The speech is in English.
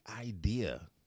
idea